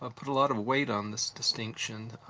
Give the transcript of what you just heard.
ah put a lot of weight on this distinction.